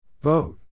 Vote